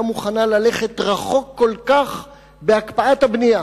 מוכנה ללכת רחוק כל כך בהקפאת הבנייה.